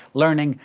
learning,